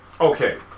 Okay